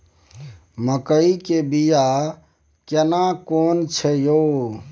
मकई के बिया केना कोन छै यो?